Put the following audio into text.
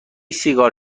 سیگار